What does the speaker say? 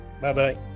bye-bye